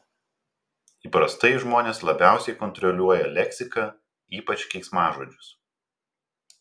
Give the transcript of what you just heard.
įprastai žmonės labiausiai kontroliuoja leksiką ypač keiksmažodžius